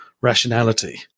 rationality